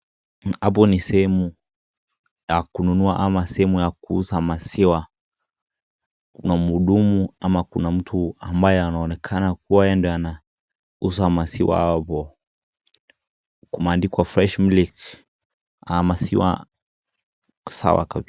Hapo ni sehemu ya kununua ama sehemu ya kuuza maziwa na muhudu, ama kuna mtu ambaye anaonekana kuwa anauza maziwa hapo, maziwa sawa kabisa.